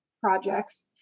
projects